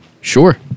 Sure